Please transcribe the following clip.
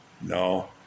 No